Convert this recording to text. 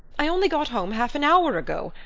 i only got home half an hour ago.